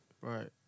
Right